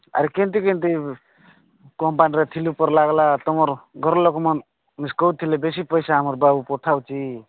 ଆରେ କେମତି କେମତି କମ୍ପାନୀରେ ଥିଲୁ ପହଲା ବାଲା ତୁମର ଘରଲୋକ ମାନେ କହୁଥିଲେ ବେଶୀ ପଇସା ଆମର ପାଖକୁ ପଠାଉଛି